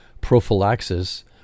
prophylaxis